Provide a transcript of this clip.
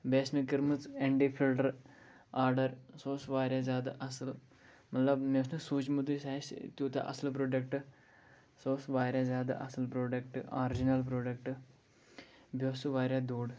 بیٚیہِ ٲس مےٚ کٔرمٕژ ایٚنڈی فلٹر آرڈر سُہ اوس واریاہ زیادٕ اصل مطلب مےٚ اوس نہٕ سوٗنٛٔچمُتُے سُہ آسہِ تیوٗتاہ اصل پروڈکٹ سُہ اوس واریاہ زیادٕ اصل پروڈکٹ آرجنل پروڈکٹ بیٚیہِ اوس سُہ واریاہ دوٚر